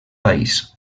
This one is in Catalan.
país